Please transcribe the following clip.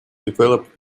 developed